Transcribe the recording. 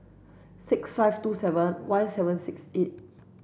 six five two seven one seven six eight